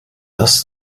dass